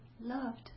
loved